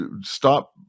stop